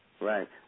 Right